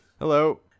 Hello